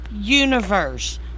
universe